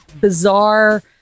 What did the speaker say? bizarre